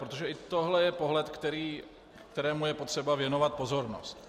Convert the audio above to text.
Protože i tohle je pohled, kterému je potřeba věnovat pozornost.